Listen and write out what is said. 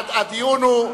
הדיון הוא,